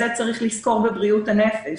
את זה צריך לזכור בבריאות הנפש.